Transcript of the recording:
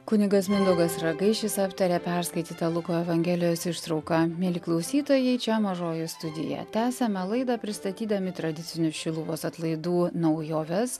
kunigas mindaugas ragaišis aptaria perskaitytą luko evangelijos ištrauką mieli klausytojai čia mažoji studija tęsiame laidą pristatydami tradicinius šiluvos atlaidų naujoves